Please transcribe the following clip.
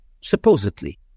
supposedly